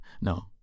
No